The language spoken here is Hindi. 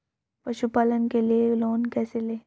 पशुपालन के लिए लोन कैसे लें?